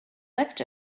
left